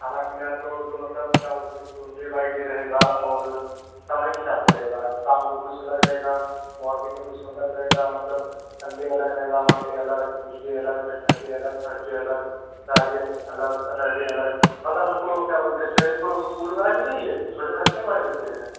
खाना पीना तो तो मतलब क्या बोलते हैं उसकों डे बाय डे रहेगा और समय के हिसाब से रहेगा शाम को कुछ अलग रहेगा मोर्निंग में कुछ अलग रहेगा मतलब सन्डे अलग रहेगा मंडे अलग ट्यूसडे अलग वेडनसडे अलग थर्सडे अलग फ्राइडे अलग सैटरडे अलग मतलब उनको क्या बोलते हैं छोटे बच्चे है बड़े बच्चे हैं